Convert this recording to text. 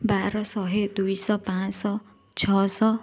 ବାର ଶହେ ଦୁଇଶହ ପାଞ୍ଚଶହ ଛଅଶହ